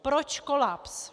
Proč kolaps?